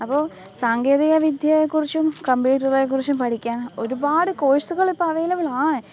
അപ്പോള് സാങ്കേതികവിദ്യകളെ കുറിച്ചും കമ്പ്യൂട്ടറുകളെ കുറിച്ചും പഠിക്കാൻ ഒരുപാട് കോഴ്സുകൾ ഇപ്പോൾ അവൈലബിൾ ആണ്